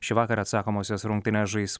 šįvakar atsakomąsias rungtynes žais